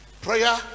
Prayer